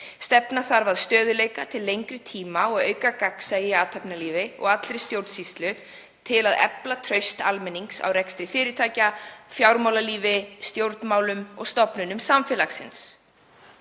„Stefna þarf að stöðugleika til lengri tíma og auka gagnsæi í athafnalífi og allri stjórnsýslu til að efla traust almennings á rekstri fyrirtækja, fjármálalífi, stjórnmálum og stofnunum samfélagsins.